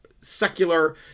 secular